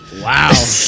Wow